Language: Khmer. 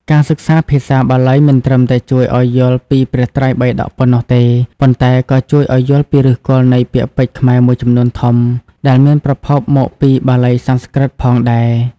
ការសិក្សាភាសាបាលីមិនត្រឹមតែជួយឲ្យយល់ពីព្រះត្រៃបិដកប៉ុណ្ណោះទេ ប៉ុន្តែក៏ជួយឲ្យយល់ពីឫសគល់នៃពាក្យពេចន៍ខ្មែរមួយចំនួនធំដែលមានប្រភពមកពីបាលីសំស្ក្រឹតផងដែរ។